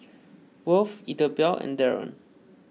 Worth Idabelle and Darron